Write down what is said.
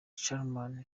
charmant